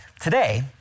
Today